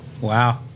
Wow